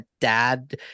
dad